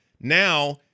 Now